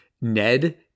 Ned